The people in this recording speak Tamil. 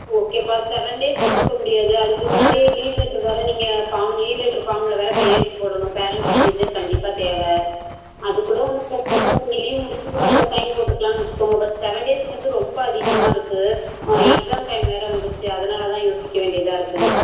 ஓகேப்பா செவன் டேஸ் கொடுக்க முடியாது அதுக்கு முன்னாடியே லீவ் லெட்ரு வேறு நீங்கள் ஃபார்ம் லீவ் லெட்ரு ஃபார்மில் வேறு கையெழுத்து போடணும் பேரண்ட்ஸ் சிக்னேச்சர் கண்டிப்பாக தேவை அது கூட ஒன்றும் பிரச்சின இல்லை நீங்கள் லீவ் முடிந்த கூட அதில் சைன் போட்டுக்கலாம்னு வைச்சிக்கோங்க பட் செவன் டேஸுங்கறது ரொம்ப அதிகமாக இருக்குது எக்ஸாம் டைம் வேறு வந்துருச்சு அதனால் தான் யோசிக்க வேண்டியதாக இருக்குது